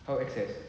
how access